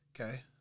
okay